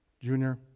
Junior